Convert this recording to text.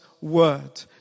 word